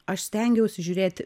aš stengiausi žiūrėti